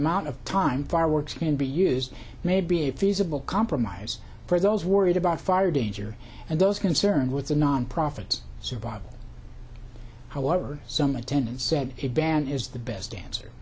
amount of time fireworks can be used maybe a feasible compromise for those worried about fire danger and those concerned with the nonprofit survival however some attendant said it ban is the best dan